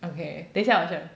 okay 等下我去